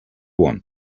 want